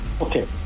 Okay